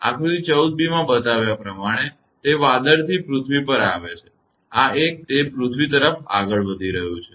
આકૃતિ 14 b માં બતાવ્યા પ્રમાણે તે વાદળથી પૃથ્વી ઉપર આવે છે આ એક તે પૃથ્વી તરફ આગળ વધી રહ્યું છે